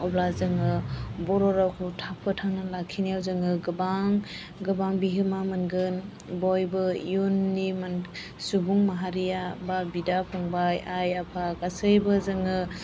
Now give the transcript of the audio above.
अब्ला जोङो बर' रावखौ फोथांना लाखिनायाव जोङो गोबां बिहोमा मोनगोन बयबो इउननि सुबुं माहारिया एबा बिदा फंबाय आइ आफा गासैबो जोङो